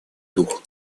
дух